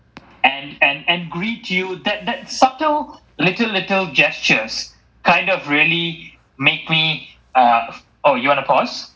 and and and gratitude that that subtle little little gestures kind of really makes me uh oh you want to pause